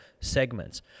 segments